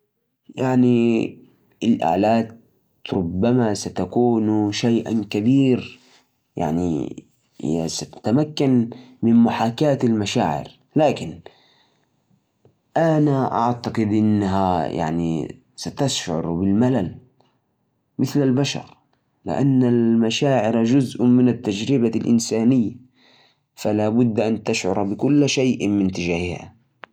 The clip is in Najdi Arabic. صعب أقول إذا الآلات رح تملك مشاعر مثل الإنسان في يوم من الأيام حالياً الآلات تتفاعل بناءاً على البرمجة والتعلم بس ما عندها مشاعر حقيقية المشاعر تتعلق بالوعي والتجارب الإنسانية وهالشيء معقد جداً بعض العلماء يشوفون أنه ممكن تطور التكنولوجيا بحيث تحاكي المشاعر لكن هل رح تكون مثل المشاعر الإنسانية؟ هذا سؤال مفتوح